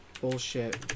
bullshit